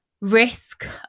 risk